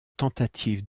tentative